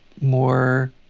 more